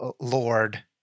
Lord